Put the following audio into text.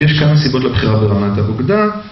יש כאן סיבות לבחירה ברמת האוגדה